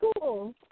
cool